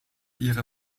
ihrer